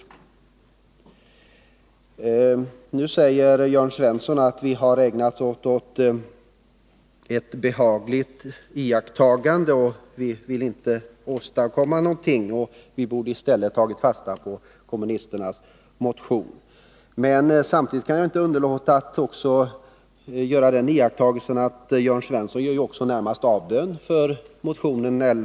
: Jörn Svensson säger att vi i utskottet har ägnat oss åt ett behagligt iakttagande och att vi inte vill åstadkomma någonting. Enligt honom borde vi istället ha tagit fasta på kommunisternas motion 1106. Jag kan inte underlåta att göra den iakttagelsen att Jörn Svensson nu närmast gör avbön när det gäller motionen.